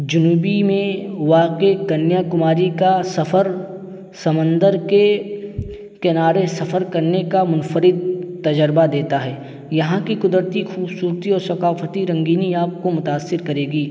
جنوبی میں واقع کنیا کماری کا سفر سمندر کے کنارے سفر کرنے کا منفرد تجربہ دیتا ہے یہاں کی قدرتی خوبصورتی اور ثقافتی رنگینی آپ کو متاثر کرے گی